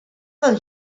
del